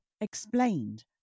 explained